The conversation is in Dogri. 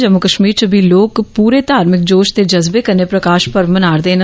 जम्मू कश्मीर च बी लोक पूरे धार्भिक जोष ते जज़बे कन्नै प्रकाश पर्व मना'रदे न